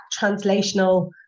translational